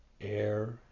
air